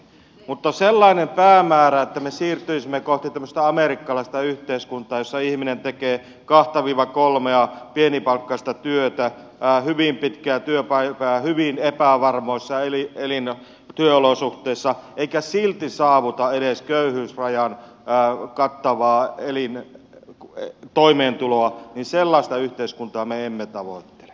mutta sellaista päämäärää että me siirtyisimme kohti tämmöistä amerikkalaista yhteiskuntaa jossa ihminen tekee kahta kolmea pienipalkkaista työtä hyvin pitkää työpäivää hyvin epävarmoissa työolosuhteissa eikä silti saavuta edes köyhyysrajan kattavaa toimeentuloa me emme tavoittele